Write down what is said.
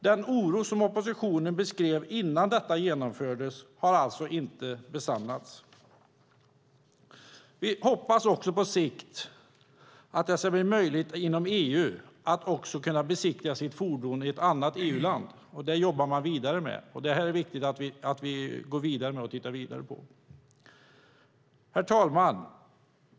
Den oro som oppositionen beskrev innan detta genomfördes har alltså inte besannats. Vi hoppas också att det på sikt ska bli möjligt att vid behov besiktiga sitt fordon i ett annat EU-land. Det är viktigt att vi jobbar vidare med frågan. Herr talman!